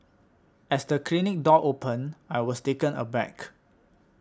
as the clinic door opened I was taken aback